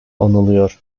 anılıyor